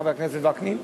חבר הכנסת וקנין,